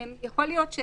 הן יכולות להיכנס